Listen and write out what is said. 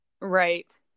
Right